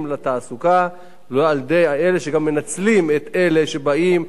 לתעסוקה ולא על-ידי אלה שגם מנצלים את אלה שבאים,